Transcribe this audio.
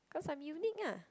cause I'm unique ah